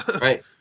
right